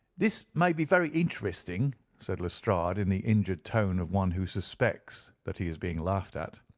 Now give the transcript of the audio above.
this may be very interesting, said lestrade, in the injured tone of one who suspects that he is being laughed at,